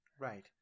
Right